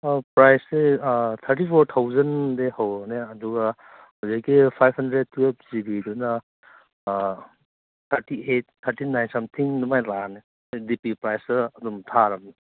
ꯄ꯭ꯔꯥꯏꯖꯁꯦ thirty four ꯊꯥꯎꯖꯟꯗꯩ ꯍꯧꯔꯣꯅꯦ ꯑꯗꯨꯒ ꯍꯧꯖꯤꯛꯀꯤ five hundred twelve ꯖꯤꯕꯤꯗꯨꯅ ꯊꯥꯠꯇꯤ eight ꯊꯥꯠꯇꯤ nine something ꯑꯗꯨꯃꯥꯏ ꯂꯥꯛꯑꯅꯤ ꯑꯗꯨ ꯗꯤ ꯄꯤ ꯄ꯭ꯔꯥꯏꯁꯇ ꯑꯗꯨꯝ ꯊꯥꯔꯕꯅꯤ